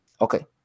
Okay